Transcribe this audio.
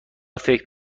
فکر